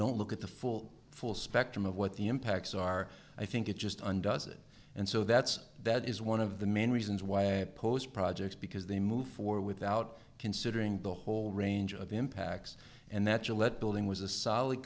don't look at the full full spectrum of what the impacts are i think it just undoes it and so that's that is one of the main reasons why i oppose projects because they move for without considering the whole range of impacts and that you let building was a sol